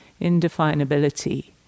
indefinability